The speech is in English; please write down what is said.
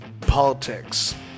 politics